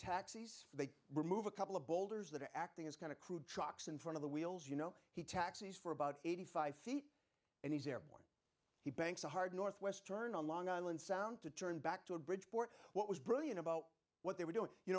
taxis they remove a couple of boulders that are acting as kind of crude trucks in front of the wheels you know he taxis for about eighty five feet and he's airborne he banks a hard northwest turn on long island sound to turn back to a bridgeport what was brilliant about what they were doing you